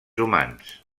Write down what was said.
humans